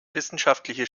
wissenschaftliche